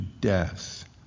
death